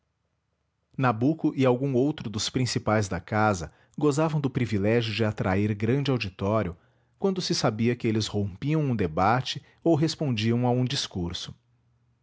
nabuco e algum outro dos principais da casa gozavam do privilégio de atrair grande auditório quando se sabia que eles rompiam um debate ou respondiam a um discurso